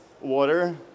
water